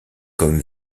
comme